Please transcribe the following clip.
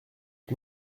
est